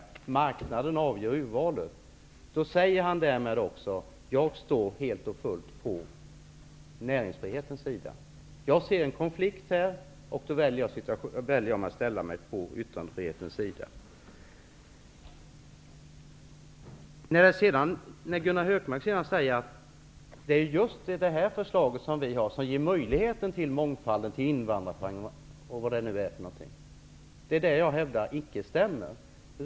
Marknaden avgör valet. Därmed säger han också: Jag står helt och fullt på näringsfrihetens sida. Jag ser en konflikt här och väljer då att ställa mig på yttrandefrihetens sida. Vidare säger Gunnar Hökmark: Det är just det förslag som vi har som ger möjlighet till mångfald och invandrarprogram osv. Jag hävdar att det icke stämmer.